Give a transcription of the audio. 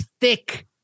thick